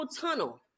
tunnel